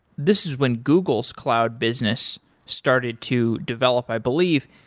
this was when google's cloud business started to develop, i believe.